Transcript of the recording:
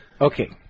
Okay